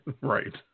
Right